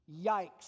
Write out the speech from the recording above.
yikes